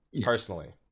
personally